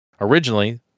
originally